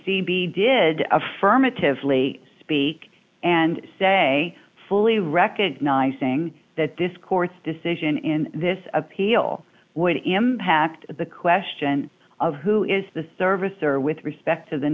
b did affirmatively speak and say fully recognizing that this court's decision in this appeal would impact the question of who is the servicer with respect to the